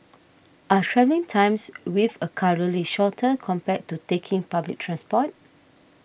are travelling times with a car really shorter compared to taking public transport